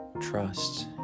trust